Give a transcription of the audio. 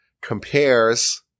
compares